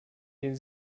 den